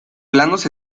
planos